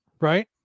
right